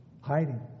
hiding